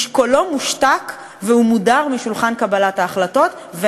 קולו מושתק והוא מודר משולחן קבלת ההחלטות.